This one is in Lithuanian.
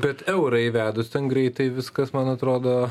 bet eurą įvedus ten greitai viskas man atrodo